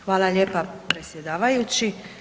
Hvala lijepa, predsjedavajući.